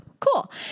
Cool